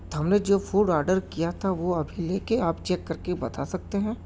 ہم نے جو فوڈ آرڈر کیا تھا وہ ابھی لے کے آپ چیک کر کے بتا سکتے ہیں